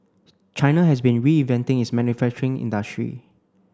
China has been reinventing its manufacturing industry